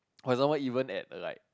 for example even at like